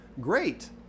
great